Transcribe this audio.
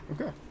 Okay